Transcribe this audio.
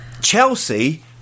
Chelsea